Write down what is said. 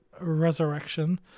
resurrection